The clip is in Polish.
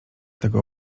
tego